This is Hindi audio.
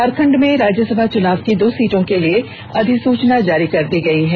झारखण्ड में राज्यसभा चुनाव की दो सीटों के लिए अधिसूचना जारी कर दी गई है